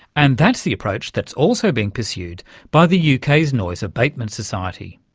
and that's the approach that's also being pursued by the uk's noise noise abatement society.